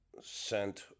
sent